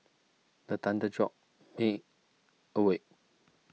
the thunder jolt me awake